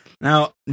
Now